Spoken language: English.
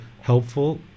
helpful